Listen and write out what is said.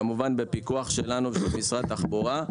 כמובן שבפיקוח שלנו ושל משרד התחבורה,